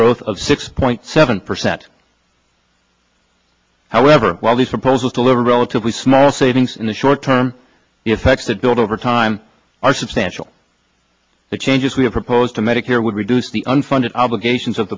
growth of six point seven percent however while these proposals to live a relatively small savings in the short term effects that build over time are substantial the changes we have proposed to medicare would reduce the unfunded obligations of